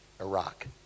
Iraq